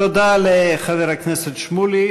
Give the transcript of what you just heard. תודה לחבר הכנסת שמולי.